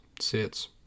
sits